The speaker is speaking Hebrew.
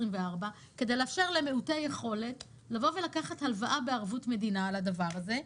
כדי לאפשר למיעוטי יכולת לבוא ולקחת הלוואה בערבות מדינה על הדבר הזה,